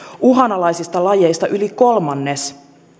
uhanalaisista lajeista yli kolmannes